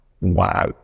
Wow